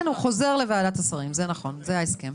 כן, הוא חוזר לוועדת השרים, זה נכון, זה ההסכם.